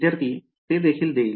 विद्यार्थी ते देखील देईल